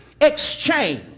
exchange